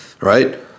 right